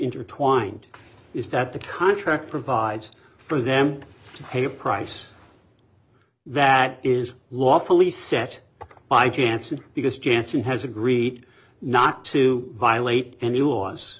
intertwined is that the contract provides for them pay a price that is lawfully set by janssen because janssen has agreed not to violate any laws